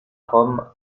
rome